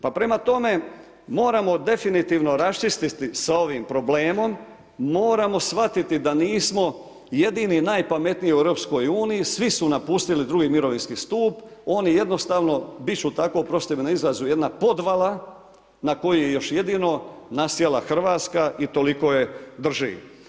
Pa prema tome, moramo definitivno raščistiti sa ovim problemom, moramo shvatiti da nismo jedini najpametniji u EU-u, svi su napustili II. mirovinski stup, on je jednostavno, bit ću tako, oprostite mi na izrazu jedna podvala na koju je još jedino nasjela Hrvatska i toliko je drži.